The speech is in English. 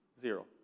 Zero